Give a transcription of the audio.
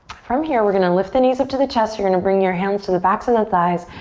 from here we're gonna lift the knees up to the chest, you're gonna bring your hands to the backs of the thighs,